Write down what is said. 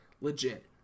legit